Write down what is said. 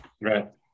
right